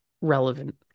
relevant